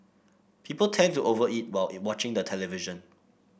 people tend to over eat while watching the television